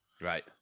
Right